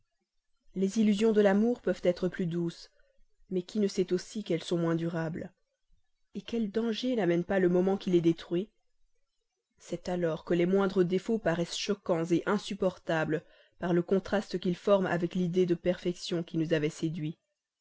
les illusions de l'amour peuvent être plus douces mais qui ne sait aussi qu'elles sont moins durables quels dangers n'amène pas le moment qui les détruit c'est alors que les moindres défauts paraissent choquants insupportables par le contraste qu'ils forment avec l'idée de perfection qui nous avait séduits